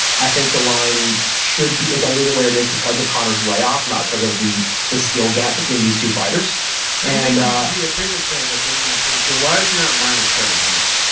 i think the line should be is only that where it is because of connor's layoff not because of the the skill gap between these two fighters and be a bigger favorite than even if it was you know minus seven hundred.